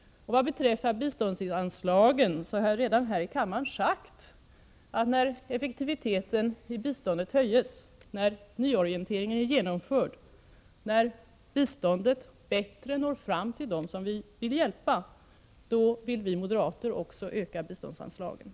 Vad beträffar biståndsanslaget har jag redan sagt här i kammaren att när effektiviteten i biståndet höjs, när nyorientering är genomförd, när biståndet bättre når fram till dem som vi vill hjälpa, då vill vi moderater också öka biståndsanslaget.